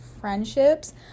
friendships